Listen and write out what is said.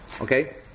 Okay